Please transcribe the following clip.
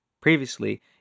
Previously